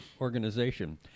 organization